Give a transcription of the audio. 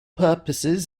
purposes